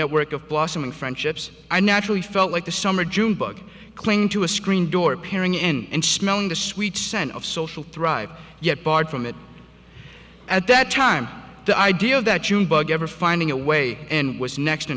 network of blossoming friendships i naturally felt like the summer junebug clinging to a screen door appearing and smelling the sweet scent of social thrive yet barred from it at that time the idea that you ever finding a way in was next to